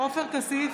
עופר כסיף,